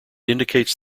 indicates